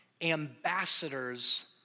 ambassadors